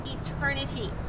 eternity